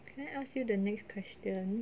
can I ask you the next question no you also